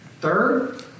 Third